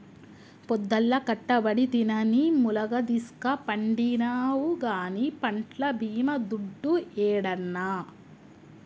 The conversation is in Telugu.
పొద్దల్లా కట్టబడితినని ములగదీస్కపండినావు గానీ పంట్ల బీమా దుడ్డు యేడన్నా